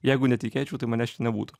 jeigu netikėčiau tai manęs čia nebūtų